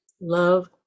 love